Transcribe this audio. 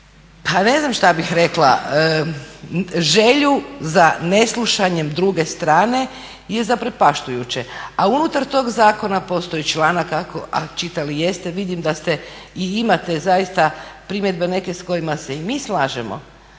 pa ne znam šta bih rekla, želju za neslušanjem druge strane, je zaprepašćujuće. A unutar tog zakona postoji članak a čitali jeste, vidim da ste, i imate zaista primjedbe neke s kojima se i mi slažemo